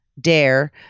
dare